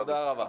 תודה רבה.